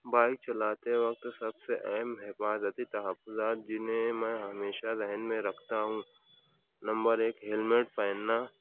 bike چلاتے وقت سب سے اہم حفاظتی تحفظات جنہیں میں ہمیشہ ذہن میں رکھتا ہوں نمبر ایک ہیلمیٹ پہننا